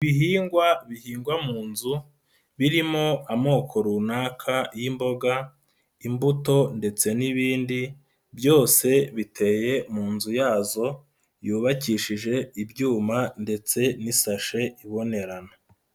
Ibihingwa bihingwa mu nzu birimo amoko runaka y'imboga, imbuto ndetse n'ibindi byose biteye mu nzu yazo, yubakishije ibyuma ndetse n'isashe ibonerana.